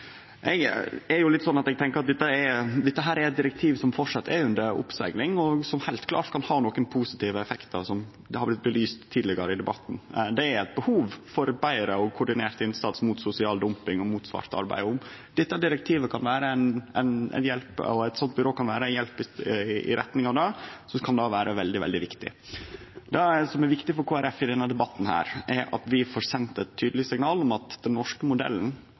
Eg er litt slik at eg tenkjer at dette er eit direktiv som framleis er under oppsegling, og som heilt klart kan ha nokre positive effektar, slik det har vorte belyst tidlegare i debatten. Det er eit behov for betre og meir koordinert innsats mot sosial dumping og mot svart arbeid, og om eit slikt byrå kan vere ein hjelp i retning av det, kan det vere veldig viktig. Det som er viktig for Kristeleg Folkeparti i denne debatten, er at vi får sendt tydelege signal om at den norske modellen